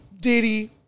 Diddy